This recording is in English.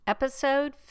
Episode